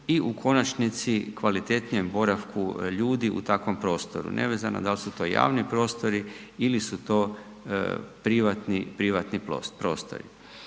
i u konačnici kvalitetnijem boravku ljudi u takvom prostoru, nevezano da li su to javni prostori ili su to privatni prostori.